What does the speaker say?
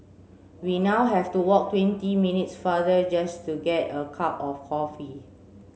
we now have to walk twenty minutes farther just to get a cup of coffee